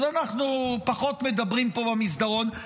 אז אנחנו פחות מדברים פה במסדרון,